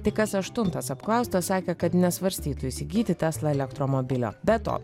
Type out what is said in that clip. tik kas aštuntas apklaustas sakė kad nesvarstytų įsigyti tesla elektromobilio be to